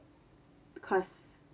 because